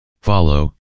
follow